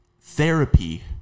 Therapy